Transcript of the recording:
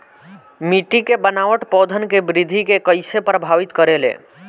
मिट्टी के बनावट पौधन के वृद्धि के कइसे प्रभावित करे ले?